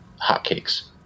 hotcakes